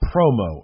promo